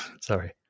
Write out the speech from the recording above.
Sorry